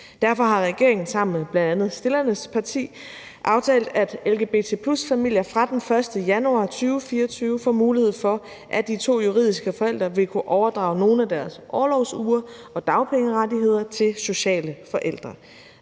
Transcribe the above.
Derfor har regeringen sammen med bl.a. stillerne af forespørgslens parti aftalt, at lgbt+-familier fra den 1. januar 2024 får mulighed for, at de to juridiske forældre vil kunne overdrage nogle af deres orlovsuger og dagpengerettigheder til sociale forældre.